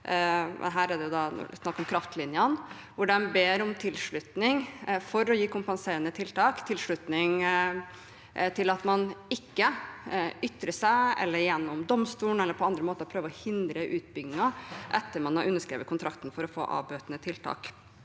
Her er det snakk om kraftlinjene, og der bes det om en tilslutning til at man ikke ytrer seg eller gjennom domstolen eller på andre måter prøve å hindre utbyggingen etter at man har underskrevet kontrakten for å få avbøtende tiltak.